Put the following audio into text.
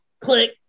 click